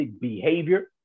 Behavior